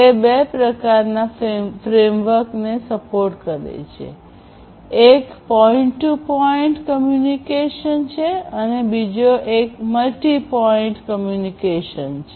તે બે પ્રકારના ફ્રેમવર્કને સપોર્ટ કરે છે એક પોઇન્ટ ટૂ પોઇન્ટ કમ્યુનિકેશન છે અને બીજો એક મલ્ટિ પોઇન્ટ કમ્યુનિકેશન છે